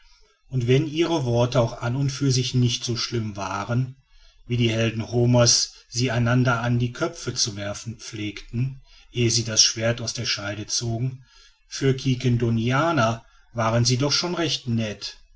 und wenn ihre worte auch an und für sich nicht so schlimm waren wie die helden homer's sie einander an die köpfe zu werfen pflegten ehe sie das schwert aus der scheide zogen für quiquendonianer waren sie doch schon recht nett